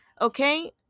okay